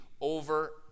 over